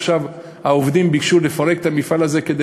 עכשיו העובדים ביקשו לפרק את המפעל הזה כדי